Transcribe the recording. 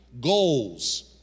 goals